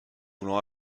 voulons